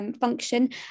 function